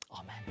Amen